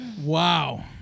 Wow